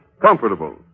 comfortable